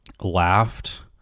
Laughed